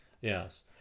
Yes